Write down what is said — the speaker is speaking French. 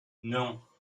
non